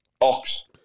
Ox